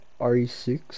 RE6